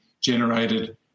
generated